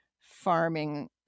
farming